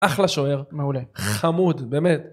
אחלה שוער, מעולה. חמוד, באמת